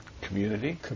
community